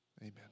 amen